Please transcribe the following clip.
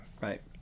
Right